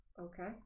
okay